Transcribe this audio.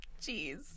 Jeez